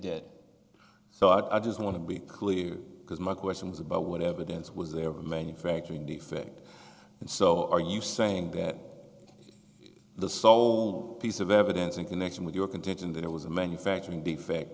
did so i just want to be clear because my question was about what evidence was there of manufacturing defect and so are you saying that the sole piece of evidence in connection with your contention that it was a manufacturing defect